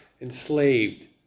enslaved